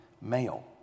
male